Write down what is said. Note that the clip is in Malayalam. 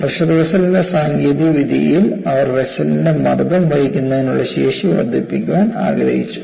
പ്രഷർ വെസ്സലിൻറെ സാങ്കേതികവിദ്യയിൽ അവർ വെസ്സലിൻറെ മർദ്ദം വഹിക്കുന്നതിനുള്ള ശേഷി വർദ്ധിപ്പിക്കാൻ ആഗ്രഹിച്ചു